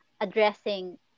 addressing